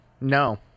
no